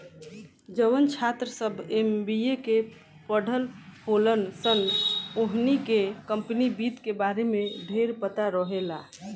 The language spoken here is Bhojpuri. जवन छात्र सभ एम.बी.ए के पढ़ल होलन सन ओहनी के कम्पनी वित्त के बारे में ढेरपता रहेला